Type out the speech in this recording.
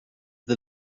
the